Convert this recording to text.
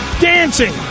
dancing